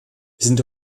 sind